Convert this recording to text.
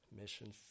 mission